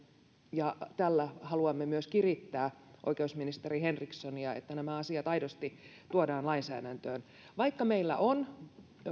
ja tällä haluamme myös kirittää oikeusministeri henrikssonia että nämä asiat aidosti tuodaan lainsäädäntöön vaikka meillä on